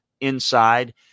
inside